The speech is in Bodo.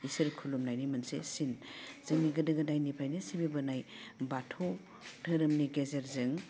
इसोर खुलुमनायनि मोनसे सिन जोंनि गोदो गोदायनिफ्रायनो सिबिबोनाय बाथौ दोहोरोमनि गेजेरजों